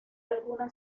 alguna